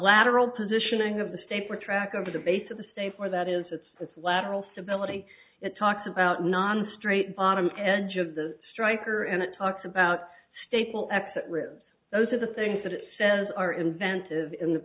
lateral positioning of the stapler track over the base of the safe or that is it's the lateral stability it talks about non straight bottom edge of the striker and it talks about staple exit ribs those are the things that it says are inventive in the